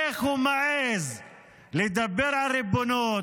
איך הוא מעז לדבר על ריבונות?